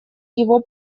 его